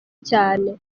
cyane